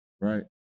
right